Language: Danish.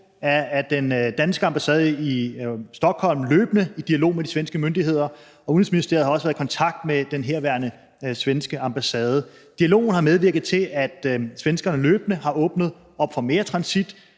er den danske ambassade i Stockholm løbende i dialog med de svenske myndigheder, og Udenrigsministeriet har også været i kontakt med den herværende svenske ambassade. Dialogen har medvirket til, at svenskerne løbende har åbnet op for mere transit: